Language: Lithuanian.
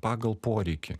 pagal poreikį